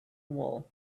wool